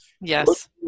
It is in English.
yes